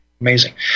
amazing